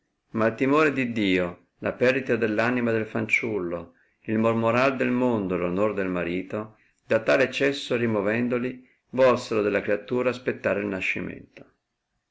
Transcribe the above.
ìnia il timore d iddio la perdita dell anima del fanciullo il mormorar del mondo e l onor del marito da tal eccesso rimovendoli volsero della creatura aspettare il nascimento